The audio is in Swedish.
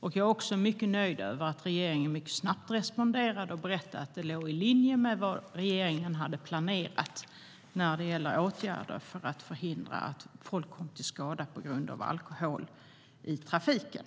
Jag är också mycket nöjd över att regeringen snabbt responderade och berättade att det låg i linje med vad regeringen hade planerat när det gäller åtgärder för att förhindra att människor kommer till skada på grund av alkohol i trafiken.